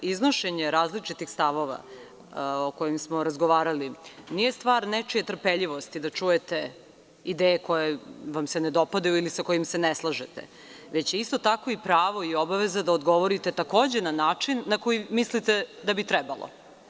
Iznošenje različitih stavova o kojima smo razgovarali nije stvar nečije trpeljivosti da čujete ideje koje vam se ne dopadaju ili sa kojima se ne slažete, već je isto tako pravo i obaveza da odgovorite takođe na način na koji mislite da bi trebalo.